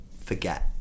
forget